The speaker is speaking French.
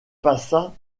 passa